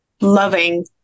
loving